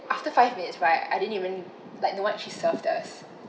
after five minutes right I didn't even like no one actually served us